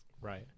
Right